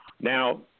Now